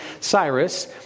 Cyrus